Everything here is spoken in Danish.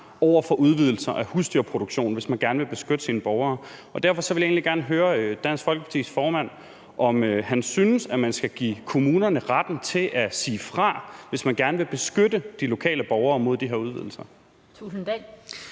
over for udvidelser af husdyrproduktion, hvis man gerne vil beskytte sine borgere. Derfor vil jeg egentlig gerne spørge Dansk Folkepartis formand, om han synes, at man skal give kommunerne retten til at sige fra, hvis man gerne vil beskytte de lokale borgere mod de her udvidelser.